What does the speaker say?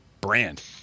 brand